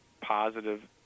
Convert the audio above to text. positive